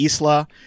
Isla